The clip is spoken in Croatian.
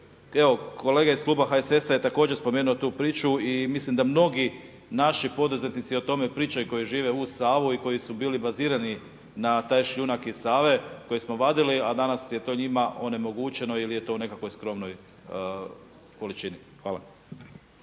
evo kolega iz kluba HSS-a je također spomenuo tu priču i mislim da mnogi naši poduzetnici o tome pričaju i koji žive uz Savu i koji su bili bazirani na taj šljunak iz Save koji smo vadili, a danas je to njima onemogućeno ili je to u nekakvoj skromnoj količini. Hvala.